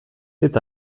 eta